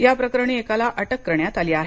या प्रकरणी एकाला अटक करण्यात आली आहे